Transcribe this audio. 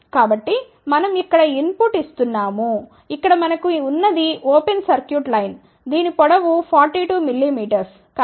కాబట్టి మనం ఇక్కడ ఇన్ పుట్ ఇస్తున్నాము ఇక్కడ మనకు ఉన్నది ఓపెన్ సర్క్యూట్ లైన్ దీని పొడవు 42 mm